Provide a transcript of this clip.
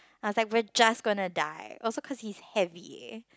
I was like we're just gonna die also cause he's heavy